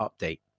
update